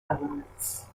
emirates